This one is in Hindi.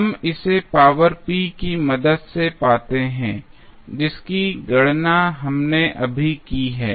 हम इसे पावर P की मदद से पाते हैं जिसकी गणना हमने अभी की है